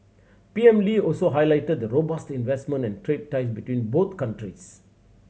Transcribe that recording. P M Lee also highlighted the robust investment and trade ties between both countries